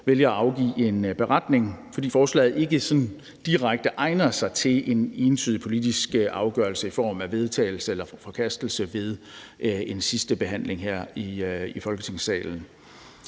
vælger at afgive en beretning, fordi forslaget ikke sådan direkte egner sig til en entydig politisk afgørelse i form af vedtagelse eller forkastelse ved en sidstebehandling her i Folketingssalen.